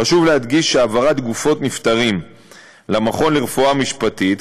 חשוב להדגיש שהעברת גופות נפטרים למכון לרפואה משפטית,